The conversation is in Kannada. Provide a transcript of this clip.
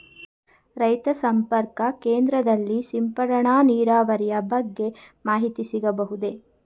ರೈತ ಸಂಪರ್ಕ ಕೇಂದ್ರದಲ್ಲಿ ಸಿಂಪಡಣಾ ನೀರಾವರಿಯ ಬಗ್ಗೆ ಮಾಹಿತಿ ಸಿಗಬಹುದೇ?